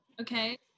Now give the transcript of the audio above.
Okay